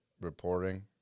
reporting